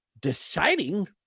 deciding